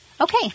Okay